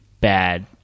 bad